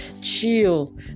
Chill